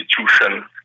institution